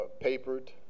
papered